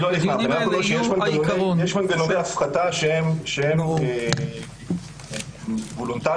יש מנגנוני הפחתה שהם וולונטריים,